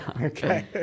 Okay